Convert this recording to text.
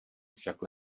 však